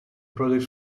products